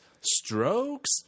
strokes